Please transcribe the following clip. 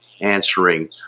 answering